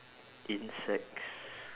insects